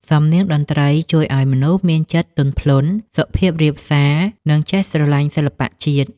សំនៀងតន្ត្រីជួយឱ្យមនុស្សមានចិត្តទន់ភ្លន់ សុភាពរាបសារ និងចេះស្រឡាញ់សិល្បៈជាតិ។